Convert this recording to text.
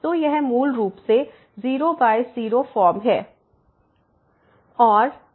तो यह मूल रूप से 00 फॉर्म है